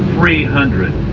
three hundred